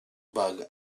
bug